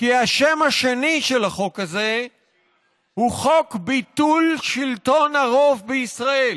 כי השם השני של החוק הזה הוא חוק ביטול שלטון הרוב בישראל.